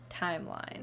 timeline